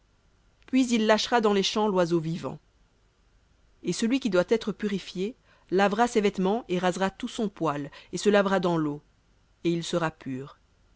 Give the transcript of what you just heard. puis il lâchera dans les champs l'oiseau vivant et celui qui doit être purifié lavera ses vêtements et rasera tout son poil et se lavera dans l'eau et il sera pur